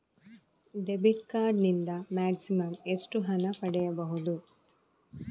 Debit card ನಿಂದ maximum ಎಷ್ಟು ಹಣ ಪಡೆಯಬಹುದು?